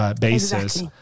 basis